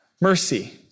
mercy